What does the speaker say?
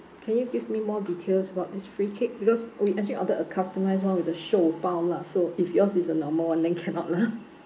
can you give me more details about this free cake because we actually ordered a customised [one] with the shou bao lah so if yours is a normal [one] then cannot lah